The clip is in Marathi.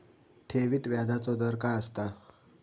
ठेवीत व्याजचो दर काय असता?